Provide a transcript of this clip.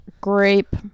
grape